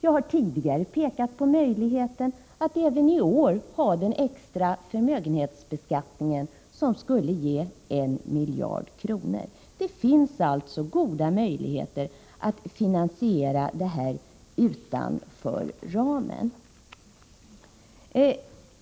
Jag har tidigare pekat på möjligheten att även i år ha den extra förmögenhetsbeskattning som skulle ge 1 miljard kronor. Det finns alltså goda möjligheter att finansiera detta utanför ramen.